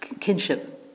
kinship